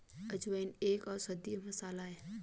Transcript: अजवाइन एक औषधीय मसाला है